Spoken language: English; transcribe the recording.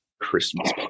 Christmas